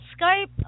Skype